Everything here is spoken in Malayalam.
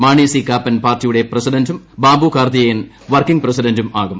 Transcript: മാണി സി കാപ്പൻ പാർട്ടിയുടെ പ്രസിഡന്റും ബാബു കാർത്തികേയൻ വർക്കിംഗ് പ്രസിഡന്റും ആകും